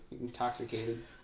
intoxicated